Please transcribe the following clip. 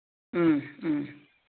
ꯎꯝ ꯎꯝ